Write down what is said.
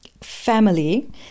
family